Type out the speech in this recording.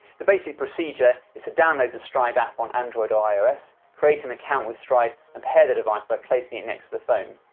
the basic procedure is to download the stryd app on android or ios, create an account with stryd and pair the device by placing it next to the phone.